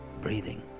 Breathing